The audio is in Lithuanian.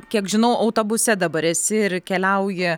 kiek žinau autobuse dabar esi ir keliauji